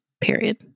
Period